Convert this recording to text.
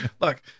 Look